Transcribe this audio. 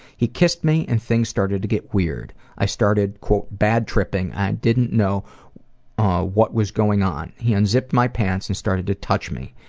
he kissed me and things started to get weird. i started bad tripping and i didn't know what was going on. he unzipped my pants and started to touch me.